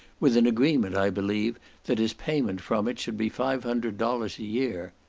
with an agreement, i believe that his payment from it should be five hundred dollars a year.